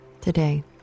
today